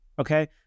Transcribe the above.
Okay